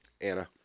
Anna